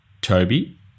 Toby